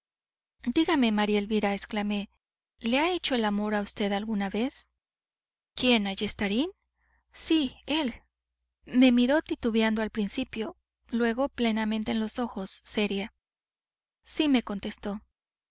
dígame maría elvira exclamé le ha hecho el amor a vd alguna vez quién ayestarain sí él me miró titubeando al principio luego plenamente en los ojos seria sí me contestó